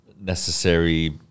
necessary